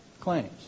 claims